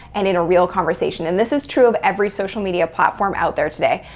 and in a real conversation, and this is true of every social media platform out there today.